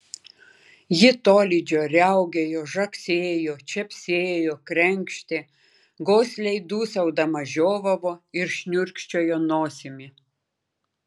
ji tolydžio riaugėjo žagsėjo čepsėjo krenkštė gosliai dūsaudama žiovavo ir šniurkščiojo nosimi